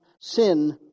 sin